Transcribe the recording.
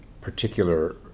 particular